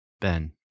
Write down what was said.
Ben